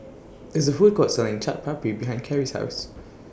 There IS A Food Court Selling Chaat Papri behind Cary's House